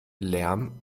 lärm